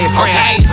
okay